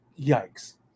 yikes